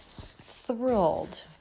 thrilled